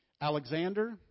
Alexander